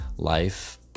Life